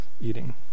eating